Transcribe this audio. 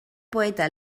poeta